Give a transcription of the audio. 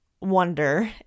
wonder